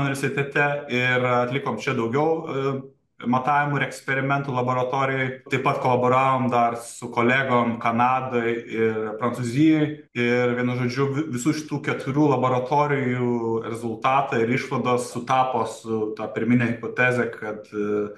universitete ir atlikom čia daugiau matavimų ir eksperimentų laboratorijoj taip pat kolaboravom dar su kolegom kanadoj ir prancūzijoj ir vienu žodžiu vi visų šitų keturių laboratorijų rezultatai ir išvados sutapo su ta pirmine hipoteze kad